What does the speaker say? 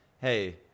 hey